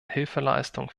hilfeleistung